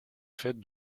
faite